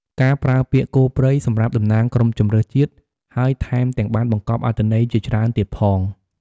ការប្រើពាក្យ "គោព្រៃ" សម្រាប់តំណាងក្រុមជម្រើសជាតិ ហើយថែមទាំងបានបង្កប់អត្ថន័យជាច្រើនទៀតផង។